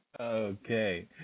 Okay